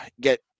get